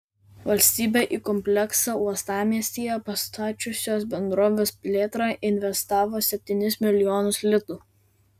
valstybė į kompleksą uostamiestyje pastačiusios bendrovės plėtrą investavo septynis milijonus litų